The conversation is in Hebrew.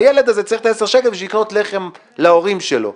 הילד הזה צריך את העשרה שקלים בשביל לקנות לחם להורים שלו.